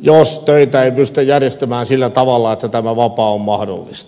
jos töitä ei pystytä järjestämään sillä tavalla että tämä vapaa on mahdollista